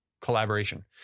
collaboration